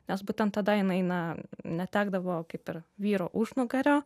nes būtent tada jinai na netekdavo kaip ir vyro užnugario